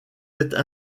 êtes